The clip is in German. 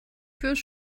fürs